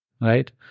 right